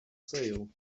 sale